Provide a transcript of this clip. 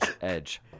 edge